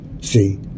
See